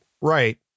Right